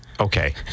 Okay